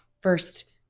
first